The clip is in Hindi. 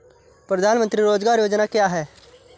प्रधानमंत्री रोज़गार योजना क्या है?